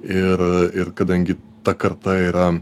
ir ir kadangi ta karta yra